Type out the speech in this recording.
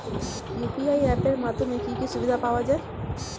UPI app এর মাধ্যমে কি কি সুবিধা পাওয়া যায়?